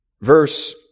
verse